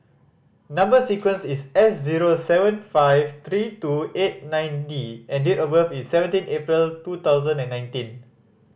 number sequence is S zero seven five three two eight nine D and date of birth is seventeen April two thousand and nineteen